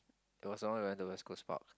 it was the one we went to West Coast Park